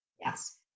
Yes